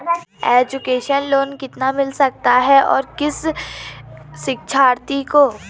Education loan कितना मिल सकता है और किस शिक्षार्थी को?